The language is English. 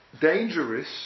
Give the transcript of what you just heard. dangerous